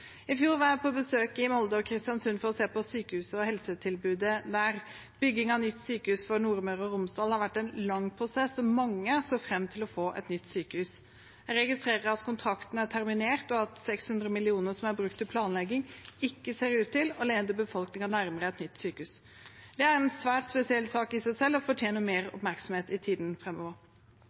I fjor var jeg på besøk i Molde og Kristiansund for å se på sykehuset og helsetilbudet der. Bygging av nytt sykehus for Nordmøre og Romsdal har vært en lang prosess, og mange så fram til å få et nytt sykehus. Jeg registrerer at kontrakten er terminert, og at 600 mill. kr som er brukt til planlegging, ikke ser ut til å lede befolkningen nærmere et nytt sykehus. Det er en svært spesiell sak i seg selv og fortjener mer oppmerksomhet i tiden